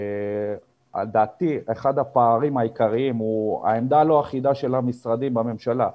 לדעתי אחד הפערים העיקריים הוא עמדה לא אחידה של המשרדים בממשלה.